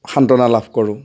সান্তনা লাভ কৰোঁ